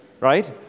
right